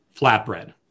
flatbread